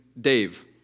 Dave